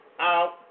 out